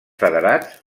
federats